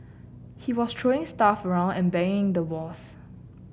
he was throwing stuff around and banging the walls